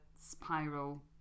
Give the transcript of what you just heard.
spiral